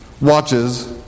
watches